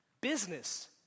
business